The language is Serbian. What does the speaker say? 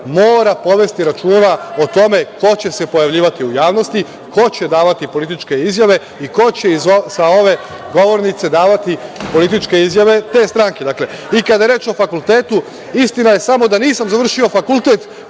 mora povesti računa o tome ko će se pojavljivati u javnosti, ko će davati političke izjave i ko će sa ove govornice davati političke izjave te stranke. Kada je reč o fakultetu, istina je samo da nisam završio fakultet